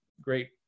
great